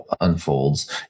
unfolds